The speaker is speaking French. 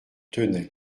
tenay